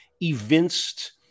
evinced